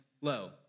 low